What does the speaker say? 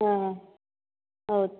ಹಾಂ ಹೌದು